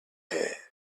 head